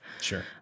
Sure